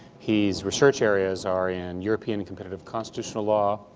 his research areas are in european competitive constitutional law,